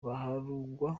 baharugwa